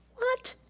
what?